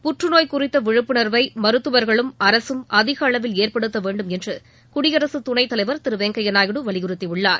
புற்றுநோய் குறித்த விழிப்புணர்வை மருத்துவர்களும் அரகம் அதிக அளவில் ஏற்படுத்த வேண்டும் என்று குடியரசுத் துணைத் தலைவர் திரு வெங்கய்யா நாயுடு வலியுறுத்தியுள்ளார்